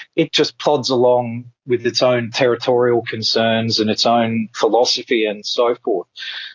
it just plods along with its own territorial concerns and its own philosophy and so forth.